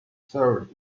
served